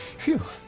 phew